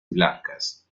blancas